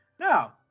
Now